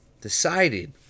Decided